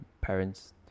parents